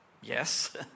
Yes